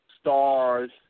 stars